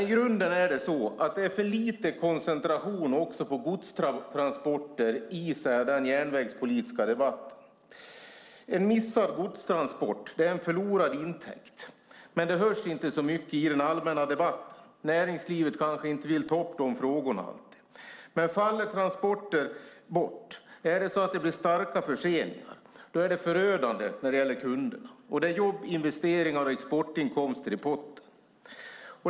I grunden är det också för lite koncentration på godstransporter i den järnvägspolitiska debatten. En missad godstransport är en förlorad intäkt, men det hörs inte så mycket i den allmänna debatten. Näringslivet kanske inte vill ta upp dessa frågor. Men faller transporter bort eller om det blir starka förseningar så är det förödande för kunderna och det är jobb, investeringar och exportinkomster i potten.